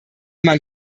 man